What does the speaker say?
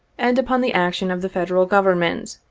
and upon the action of the federal government,